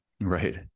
Right